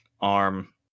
arm